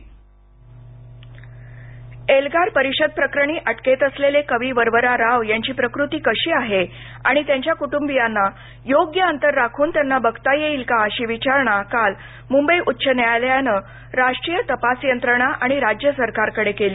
वरवरा राव एल्गार परिषद प्रकरणी अटकेत असलेले कवी वरवरा राव यांची प्रकृती कशी आहे आणि त्यांच्या कुटुंबीयांना योग्य अंतर राखून त्यांना बघता येईल का अशी विचारणा काल मुंबई उच्च न्यायालयानं राष्ट्रीय तपास यंत्रणा आणि राज्य सरकारकडे केली